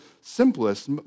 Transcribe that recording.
simplest